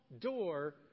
door